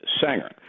Sanger